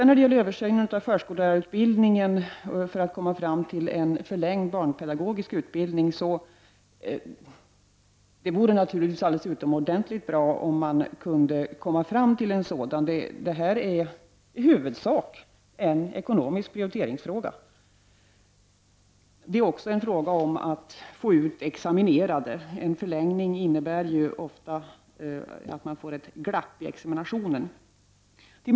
När det gäller översynen av förskollärarutbildningen för att man skall få en förlängd barnpedagogisk utbildning, vore det naturligtvis utomordentligt bra om man kunde komma fram till en sådan. Detta är i huvudsak en ekonomisk prioriteringsfråga. Det är också fråga om att få ut examinerade. En förlängning innebär ju ofta att man får ett glapp i examinationen.